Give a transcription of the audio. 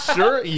Sure